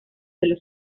della